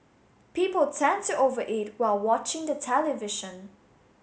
people tend to over eat while watching the television